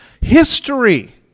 history